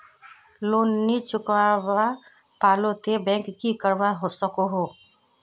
Loan नी चुकवा पालो ते बैंक की करवा सकोहो?